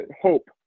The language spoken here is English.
hope